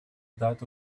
that